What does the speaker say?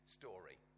story